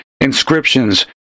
inscriptions